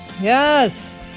Yes